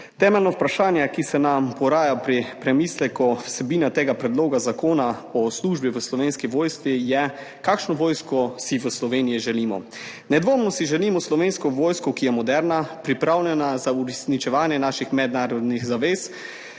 Temeljno vprašanje, ki se nam poraja pri premisleku o vsebini tega predloga zakona o službi v Slovenski vojski, je, kakšno vojsko si v Sloveniji želimo. Nedvomno si želimo Slovensko vojsko, ki je moderna, pripravljena za uresničevanje naših mednarodnih zavez,